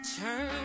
Turn